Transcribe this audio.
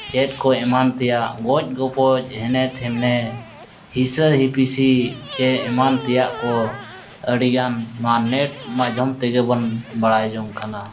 ᱪᱮᱫ ᱠᱚ ᱮᱢᱟᱱ ᱛᱮᱭᱟᱜ ᱜᱚᱡ ᱜᱚᱯᱚᱡ ᱦᱤᱱᱟᱹ ᱛᱷᱤᱱᱟᱹ ᱦᱤᱥᱟᱹᱼᱦᱤᱯᱤᱥᱤ ᱪᱮ ᱮᱢᱟᱱ ᱛᱮᱭᱟᱜ ᱠᱚ ᱟᱹᱰᱤᱜᱟᱱ ᱱᱚᱣᱟ ᱱᱮᱴ ᱢᱟᱫᱽᱫᱷᱚᱢ ᱛᱮᱜᱮ ᱵᱚᱱ ᱵᱟᱲᱟᱭ ᱡᱚᱝ ᱠᱟᱱᱟ